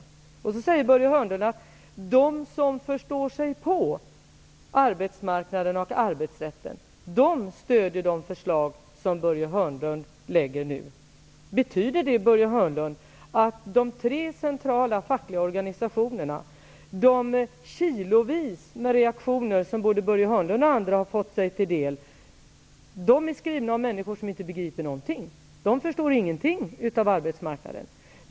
Börje Hörnlund säger vidare att de som förstår sig på arbetsmarknaden och arbetsrätten stöder de förslag som han nu lägger fram. Betyder det att de tre centrala fackliga organisationerna och de människor som har skrivit kilovis med reaktioner, som kommit både Börje Hörnlund och andra till del, inte begriper någonting av arbetsmarknaden?